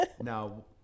Now